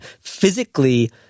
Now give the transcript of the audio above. physically